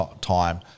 time